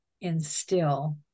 instill